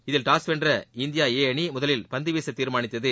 இதில் டாஸ் வென்ற India A அணி முதலில் பந்துவீச தீர்மானித்தது